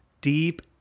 deep